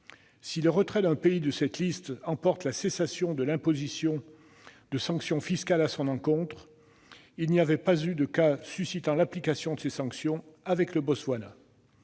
Si le retrait d'un pays de cette liste emporte la cessation de l'imposition de sanctions fiscales à son encontre, il n'y avait pas eu de cas suscitant l'application de ces sanctions concernant le Botswana.